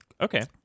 Okay